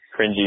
cringy